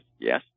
yes